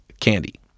candy